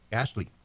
ashley